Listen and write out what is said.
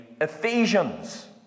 Ephesians